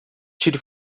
tire